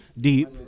deep